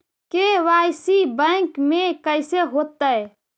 KYC bank में कैसे होतै?